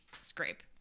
scrape